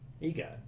ego